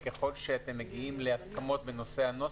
ככל שאתם מגיעים להסכמות בנושא הנוסח,